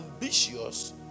ambitious